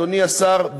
אדוני השר,